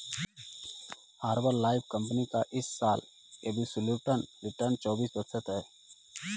Herbalife company का इस साल एब्सोल्यूट रिटर्न चौबीस प्रतिशत है